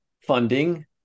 funding